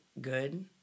good